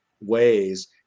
ways